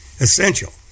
essential